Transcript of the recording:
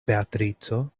beatrico